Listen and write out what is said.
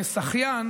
לשחיין